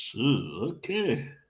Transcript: Okay